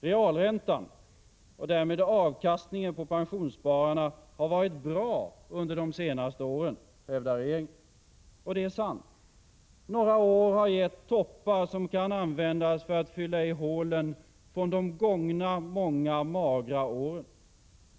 Realräntan och därmed avkastningen för pensionsspararna har varit bra under de senaste åren, hävdar regeringen. Och det är sant. Några år har gett toppar som kan användas för att fylla i hålen från de många gångna magra åren.